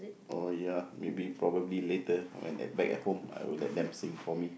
oh ya maybe probably later when at back at home I will let them see for me